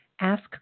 Ask